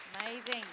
Amazing